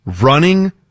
running